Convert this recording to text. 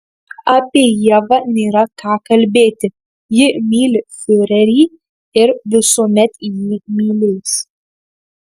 apie ievą nėra ką kalbėti ji myli fiurerį ir visuomet jį mylės